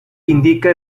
indica